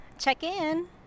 check-in